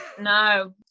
No